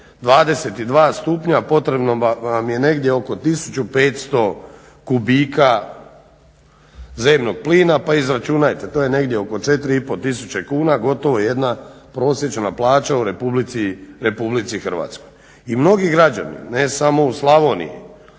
22 stupnja potrebno vam je negdje oko 1500 kubika zemnom plina pa izračunajte. To je negdje oko 4,5 tisuće kuna gotovo jedna prosječna plaća u RH. I mnogi građani ne samo u Slavoniji